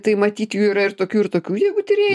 tai matyt jų yra ir tokių ir tokių jeigu tyrėjai